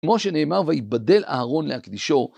כמו שנאמר ויבדל אהרון להקדישו.